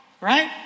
right